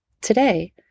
Today